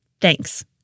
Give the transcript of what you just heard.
Thanks